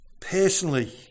personally